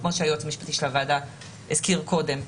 כמו שהיועץ המשפטי של הוועדה הזכיר קודם,